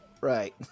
Right